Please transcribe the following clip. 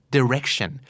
Direction